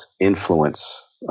Influence